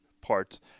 parts